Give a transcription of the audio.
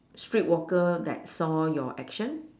street walker that saw your action